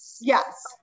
Yes